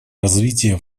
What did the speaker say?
развития